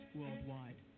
worldwide